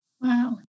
wow